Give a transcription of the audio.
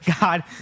God